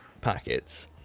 packets